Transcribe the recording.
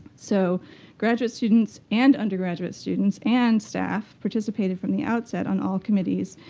so graduate students and undergraduate students and staff participated from the outset on all committees.